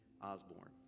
Osborne